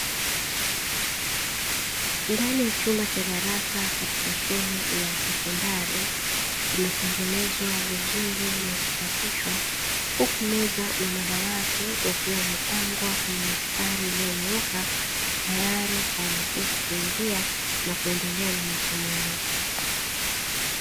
Ndani ya chumba cha darasa katika shule ya sekondari, kumetengenezwa vizuri na kusafishwa, huku meza na madawati yakiwa yamepangwa kwenye mistari iliyonyooka, tayari kwa wanafunzi kuingia na kuendelea na masomo yao.